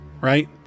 right